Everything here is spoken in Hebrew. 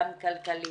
גם כלכלית,